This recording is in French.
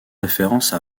référence